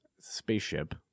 Spaceship